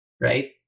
right